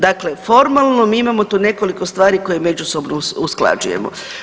Dakle, formalno mi imamo tu nekoliko stvari koje međusobno usklađujemo.